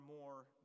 more